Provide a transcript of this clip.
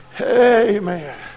Amen